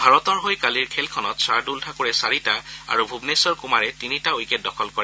ভাৰতৰ হৈ কালিৰ খেলখনত ছাৰদুল ঠাকুৰে চাৰিটা আৰু ভুবনেশ্বৰ কুমাৰে তিনিটা উইকেট দখল কৰে